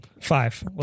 Five